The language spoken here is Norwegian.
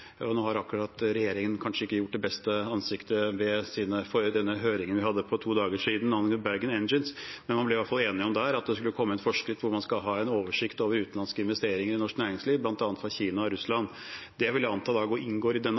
Nå har regjeringen kanskje ikke gjort den beste figur under den høringen vi hadde for to dager siden, om Bergen Engines, men man ble i hvert fall enig om der at det skulle komme en forskrift hvor man skal ha en oversikt over utenlandske investeringer i norsk næringsliv, bl.a. fra Kina og Russland. Det vil jeg anta at inngår i denne avtalen. Hvordan ser kineserne på å bli mistrodd på denne